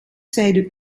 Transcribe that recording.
zeiden